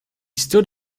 stood